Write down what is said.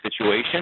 situation